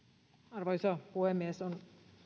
arvoisa puhemies on